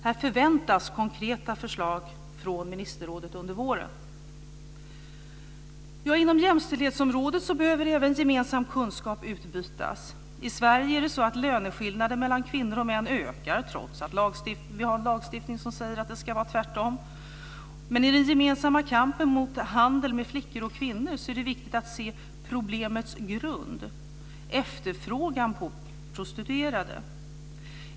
Här förväntas konkreta förslag från ministerrådet under våren. Även inom jämställdhetsområdet behöver kunskap utbytas. I Sverige ökar löneskillnaderna mellan kvinnor och män trots att vi har en lagstiftning som säger att det ska vara tvärtom. I den gemensamma kampen mot handel med flickor och kvinnor är det viktigt att se problemets grund, nämligen efterfrågan på prostituerade.